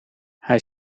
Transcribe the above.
hij